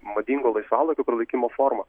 madingo laisvalaikio pralaikymo forma